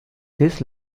this